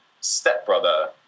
stepbrother